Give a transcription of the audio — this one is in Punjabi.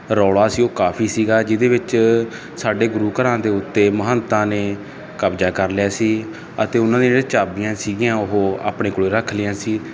ਰੌਲਾ ਸੀ ਉਹ ਕਾਫ਼ੀ ਸੀਗਾ ਜਿਹਦੇ ਵਿੱਚ ਸਾਡੇ ਗੁਰੂ ਘਰਾਂ ਦੇ ਉੱਤੇ ਮਹੰਤਾਂ ਨੇ ਕਬਜਾ ਕਰ ਲਿਆ ਸੀ ਅਤੇ ਉਨ੍ਹਾਂ ਦੀਆਂ ਜਿਹੜੀਆਂ ਚਾਬੀਆਂ ਸੀਗੀਆਂ ਉਹ ਆਪਣੇ ਕੋਲੇ ਰੱਖ ਲਈਆਂ ਸੀ